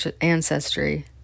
ancestry